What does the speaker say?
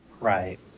Right